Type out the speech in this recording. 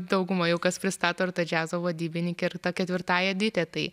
dauguma jau kas pristato ir ta džiazo vadybininke ir ta ketvirtąja dite tai